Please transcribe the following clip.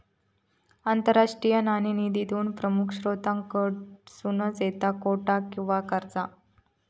आंतरराष्ट्रीय नाणेनिधी दोन प्रमुख स्त्रोतांकडसून येता कोटा आणि कर्जा